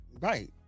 Right